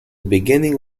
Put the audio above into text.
beginning